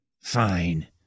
Fine